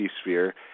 sphere